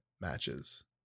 matches